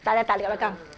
tak ada tak kat belakang